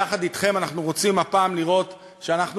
יחד אתכם אנחנו רוצים הפעם לראות שאנחנו